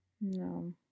no